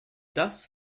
das